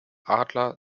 adler